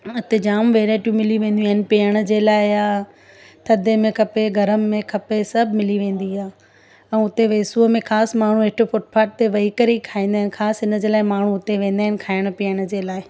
हुते जाम वैरायटियूं मिली वेंदियूं आहिनि पीअण जे लाइ आहे थधे में खपे ग़रम में खपे सभु मिली वेंदी आहे ऐं हुते वेसूअ में ख़ासि माण्हू हेठि फूटपात ते वेई करे ई खाईंदा आहिनि ख़ासि हिन जे लाइ माण्हू हुते वेंदा आहिनि खाइण पीअण जे लाइ